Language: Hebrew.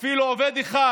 אפילו עובד אחד